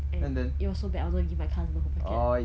and it was so bad I also want to give my cousin the whole packet